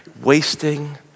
wasting